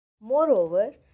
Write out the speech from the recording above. Moreover